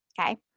okay